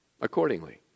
Accordingly